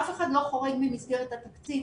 אף אחד לא חורג ממסגרת התקציב,